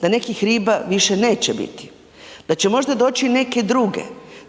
da nekih riba više neće biti, da će možda doći i neke druge,